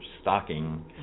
stocking